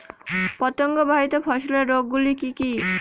পতঙ্গবাহিত ফসলের রোগ গুলি কি কি?